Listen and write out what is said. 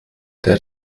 der